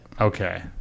okay